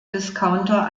discounter